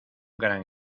gran